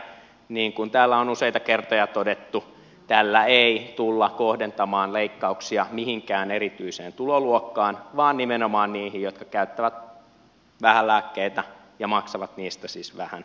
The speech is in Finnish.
niin kuin täällä on useita kertoja todettu tällä ei tulla kohdentamaan leikkauksia mihinkään erityiseen tuloluokkaan vaan nimenomaan niihin jotka käyttävät vähän lääkkeitä ja maksavat niistä siis vähän